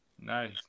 Nice